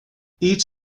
each